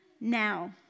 now